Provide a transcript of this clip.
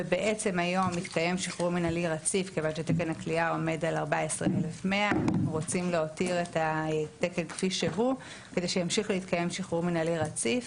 ובעצם היום מתקיים שחרור מנהלי רציף כיוון שתקן הכליאה עומד על 14,100. רוצים להותיר את התקן כפי שהוא כדי שימשיך להתקיים שחרור מנהלי רציף.